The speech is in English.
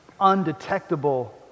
undetectable